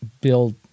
build